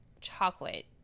chocolate